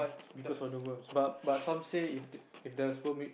because of the worms but but some say if the the sperm egg